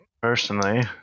personally